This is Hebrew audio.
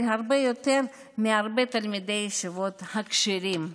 הרבה יותר מהרבה תלמידי ישיבות כשרים.